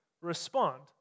respond